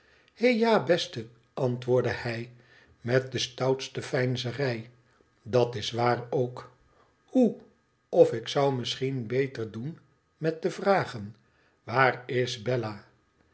hé ja beste antwoordde hij met de stoutste veinzerij dat is waar ook hoe of ik zou misschien beter doen met te vragen waar isbella